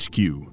HQ